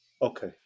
Okay